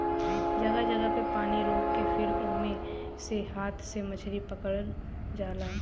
जगह जगह पे पानी रोक के फिर ओमे से हाथ से मछरी पकड़ल जाला